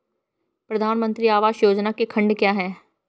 प्रधानमंत्री आवास योजना के खंड क्या हैं?